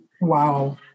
Wow